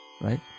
right